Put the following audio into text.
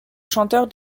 chanteur